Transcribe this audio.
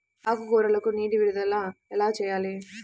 ఆకుకూరలకు నీటి విడుదల ఎలా చేయాలి?